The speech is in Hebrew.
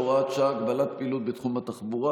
שהוא בית אחד של כולנו,